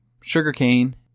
sugarcane